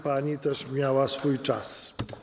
Pani też miała swój czas.